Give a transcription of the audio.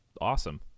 awesome